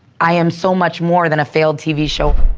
i am so much more than a failed tv show.